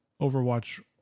Overwatch